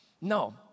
No